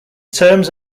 terms